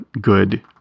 good